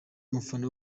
umufana